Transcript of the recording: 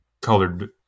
colored